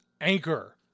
Anchor